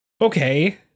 Okay